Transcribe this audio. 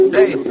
Hey